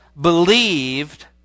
believed